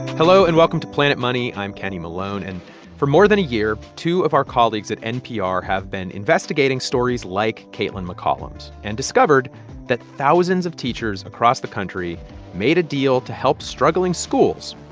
hello, and welcome to planet money. i'm kenny malone. and for more than a year, two of our colleagues at npr have been investigating stories like kaitlyn mccollum's and discovered that thousands of teachers across the country made a deal to help struggling schools,